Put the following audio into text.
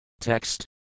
Text